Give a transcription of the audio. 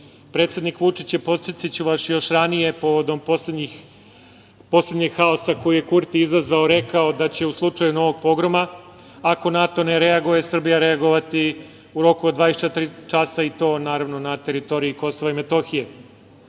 Metohiji. Predsednik Vučić je, podsetiću, još ranije, povodom poslednjeg haosa koji je Kurti izazvao, rekao da će u slučaju novog pogroma, ako NATO ne reaguje, Srbija reagovati u roku od 24 časa, i to na teritoriji Kosova i Metohije.